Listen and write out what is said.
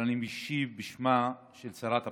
אני משיב בשמה של שרת הפנים.